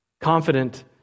Confident